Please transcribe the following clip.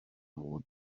fod